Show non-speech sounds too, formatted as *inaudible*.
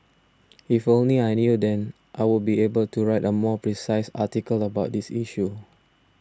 *noise* if only I knew then I would be able to write a more precise article about this issue